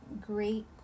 great